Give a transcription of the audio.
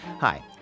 Hi